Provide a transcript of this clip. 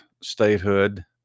statehood